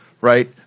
right